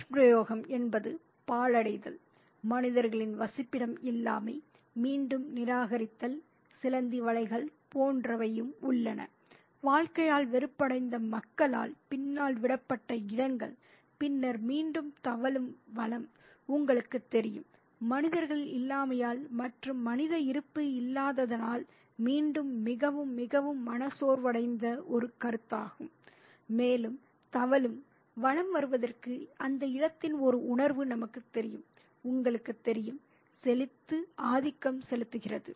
துஷ்பிரயோகம் என்பது பாழடைதல் மனிதர்களின் வசிப்பிடம் இல்லாமை மீண்டும் நிராகரித்தல் சிலந்தி வலைகள் போன்றவையும் உள்ளன வாழ்க்கையால் வெறுப்படைந்த மக்களால் பின்னால் விடப்பட்ட இடங்கள் பின்னர் மீண்டும் தவழும் வலம் உங்களுக்குத் தெரியும் மனிதர்கள் இல்லாமையால் மற்றும் மனித இருப்பு இல்லாததனால் மீண்டும் மிகவும் மிகவும் மனச்சோர்வடைந்த ஒரு கருத்தாகும் மேலும் தவழும் வலம் வருவதற்கு அந்த இடத்தின் ஒரு உணர்வு நமக்குத் தெரியும் உங்களுக்குத் தெரியும் செழித்து ஆதிக்கம் செலுத்துகிறது